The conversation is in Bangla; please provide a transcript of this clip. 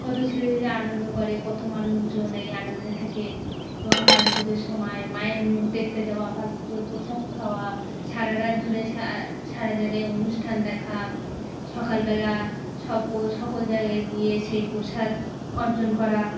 কতো ছেলেপিলে আনন্দ করে কতো মানুষজন এই আনন্দে থাকে এবং কালী পুজোর সময় মায়ের মুখ দেখতে যাওয়া কালী পুজোর প্রসাদ খাওয়া সারারাত ধরে সারা জায়গায় অনুষ্ঠান দেখা সকালবেলা সব সকল জায়গায় গিয়ে সেই প্রসাদ অর্জন করা